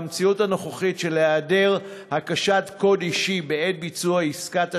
במציאות הנוכחית של אי-הקשת קוד אישי בעת ביצוע עסקת אשראי,